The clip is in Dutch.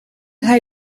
hij